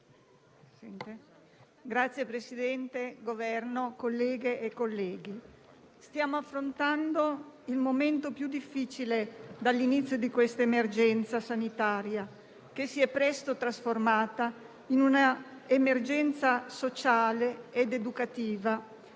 rappresentanti del Governo, colleghe e colleghi, stiamo affrontando il momento più difficile dall'inizio di questa emergenza sanitaria che si è presto trasformata in una emergenza sociale ed educativa,